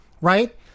Right